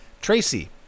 Tracy